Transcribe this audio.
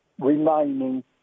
remaining